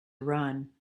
run